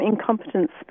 incompetence